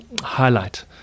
highlight